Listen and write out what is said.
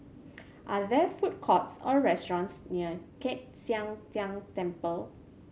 are there food courts or restaurants near Chek Sian Tng Temple